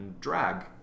drag